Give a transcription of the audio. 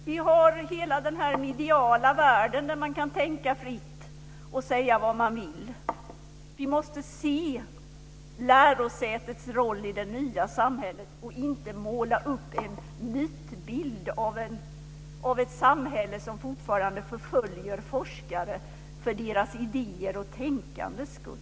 Vi har hela den mediala världen, där man kan tänka fritt och säga vad man vill. Vi måste se lärosätets roll i det nya samhället och inte måla upp en mytbild av ett samhälle som fortfarande förföljer forskare för deras idéers och tänkandes skull.